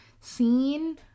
scene